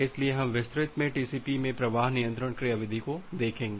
इसलिए हम विस्तृत में टीसीपी में प्रवाह नियंत्रण क्रियाविधि को देखेंगे